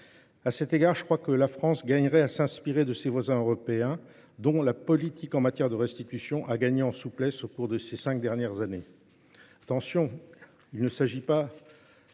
A cet égard, je crois que la France gagnerait à s'inspirer de ses voisins européens dont la politique en matière de restitution a gagné en souplesse au cours de ces cinq dernières années.